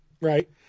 right